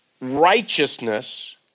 righteousness